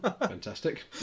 Fantastic